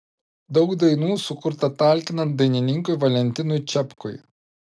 daug dainų sukurta talkinant dainininkui valentinui čepkui